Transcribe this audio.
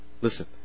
listen